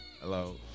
Hello